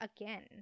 again